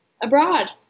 abroad